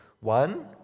one